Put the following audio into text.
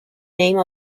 name